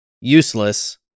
useless